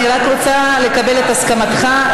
אני רק רוצה לקבל את הסכמתך.